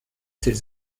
ses